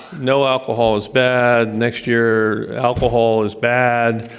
no alcohol is bad. next year, alcohol is bad.